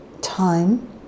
time